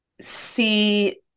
see